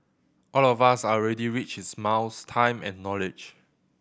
all of us are already rich in smiles time and knowledge